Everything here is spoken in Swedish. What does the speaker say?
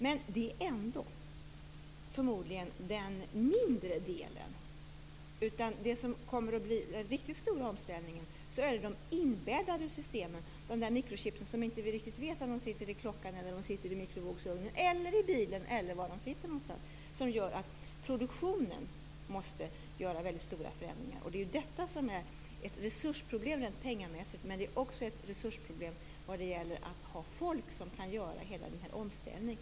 Men det är förmodligen ändå den mindre delen. Det som kommer att bli den riktigt stora omställningen är de inbäddade systemen, de microchips som vi inte riktigt vet om det är i klockan, i mikrovågsugnen, i bilen eller var det är de sitter någonstans. Det gör att det måste ske stora förändringar i produktionen. Det är ju detta som är ett resursproblem rent pengamässigt, men det är också ett resursproblem vad gäller att ha folk som kan göra hela denna omställning.